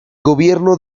gobierno